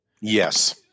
Yes